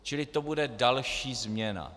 Čili to bude další změna.